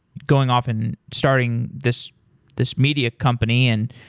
going off and starting this this media company and